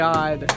God